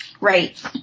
Right